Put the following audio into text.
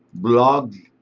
blogs